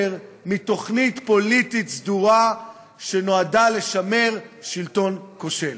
מתוכנית פוליטית סדורה שנועדה לשמר שלטון כושל.